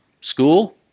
School